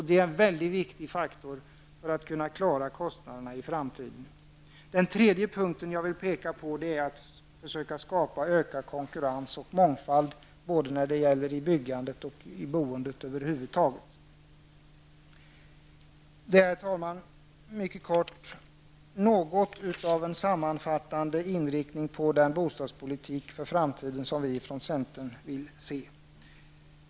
Det är en väldigt viktig faktor för att kunna klara kostnaderna i framtiden. Den trejde punkten som jag vill peka på är att försöka skapa ökad konkurrens och mångfald när det gäller både byggandet och boendet över huvud taget. Herr talman! Det här var en mycket kort sammanfattande inriktning på den bostadspolitik för framtiden som vi i centern vill se.